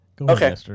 Okay